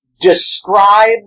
describe